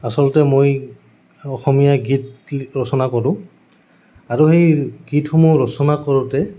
আচলতে মই অসমীয়া গীত ৰচনা কৰোঁ আৰু সেই গীতসমূহ ৰচনা কৰোঁতে